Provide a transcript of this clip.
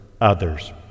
others